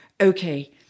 Okay